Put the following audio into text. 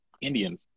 Indians